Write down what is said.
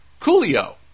Coolio